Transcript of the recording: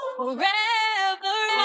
forever